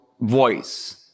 voice